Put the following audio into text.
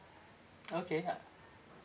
okay uh